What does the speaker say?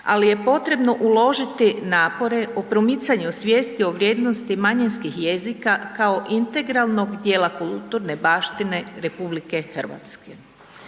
Al je potrebno uložiti napore o promicanju svijesti o vrijednosti manjinskih jezika kao integralnog dijela kulturne baštine RH.